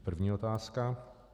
První otázka.